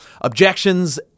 objections